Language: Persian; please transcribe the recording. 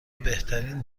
بهترین